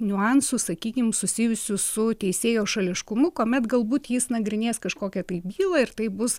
niuansų sakykim susijusių su teisėjo šališkumu kuomet galbūt jis nagrinės kažkokią tai bylą ir tai bus